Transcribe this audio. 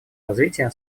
развития